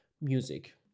music